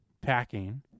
packing